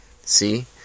See